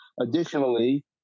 Additionally